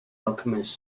alchemist